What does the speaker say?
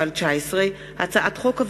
פ/1437/19 וכלה בהצעת חוק פ/1464/19,